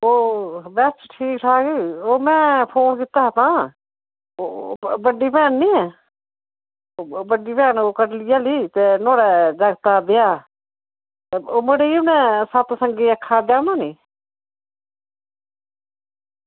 ओह् बस ठीक ठाक ओह् में फोन कीता हा तां ओह् बड्डी भैन नी ऐ बड्डी भैन कट्टली आह्ली नुहाड़े जागतै दा ब्याह् ते उनें सत्संग रक्खे दा जाना नी